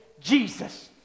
Jesus